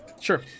sure